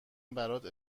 برات